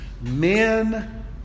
Men